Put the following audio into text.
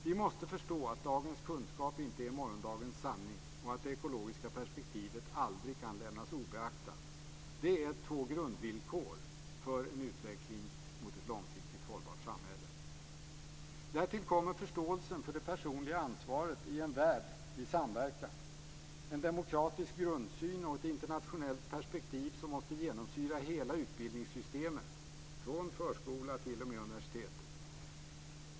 Vi måste förstå att dagens kunskap inte är morgondagens sanning och att det ekologiska perspektivet aldrig kan lämnas obeaktat. Det är två grundvillkor för en utveckling mot ett långsiktigt hållbart samhälle. Därtill kommer förståelsen för det personliga ansvaret i en värld i samverkan där en demokratisk grundsyn och ett internationellt perspektiv måste genomsyra hela utbildningssystemet, från förskolan t.o.m. universitetet.